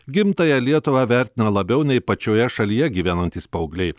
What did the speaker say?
gimtąją lietuvą vertina labiau nei pačioje šalyje gyvenantys paaugliai